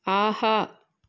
ஆஹா